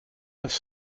neuf